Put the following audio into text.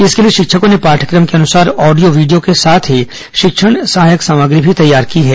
इसके लिए शिक्षकों ने पाठ्यक्रम अनुसार ऑडियो वीडियो के साथ ही शिक्षण सहायक सामग्री भी तैयार की है